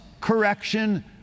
correction